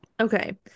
Okay